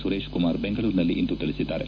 ಸುರೇಶ್ ಕುಮಾರ್ ಬೆಂಗಳೂರಿನಲ್ಲಿಂದು ತಿಳಿಸಿದ್ದಾರೆ